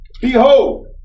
Behold